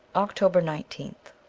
october nineteenth